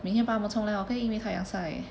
明天帮它们冲凉 okay 因为太阳晒